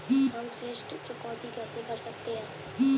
हम ऋण चुकौती कैसे कर सकते हैं?